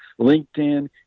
LinkedIn